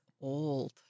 old